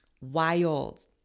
wild